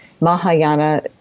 Mahayana